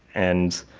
and,